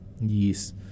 Yes